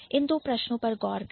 इन दो प्रश्नों पर गौर करें